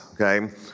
Okay